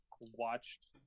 watched